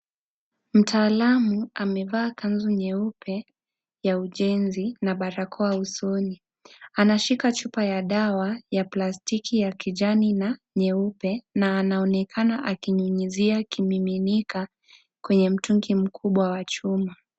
Mtaalamu amevaa kanzu nyeupe ya ujenzi na barakoa usoni. Anashika chupa ya dawa ya plastiki ya kijani na nyeupe na anaonekana akunyunyizia kimiminika kwenye mtungi mkubwa wa chuma.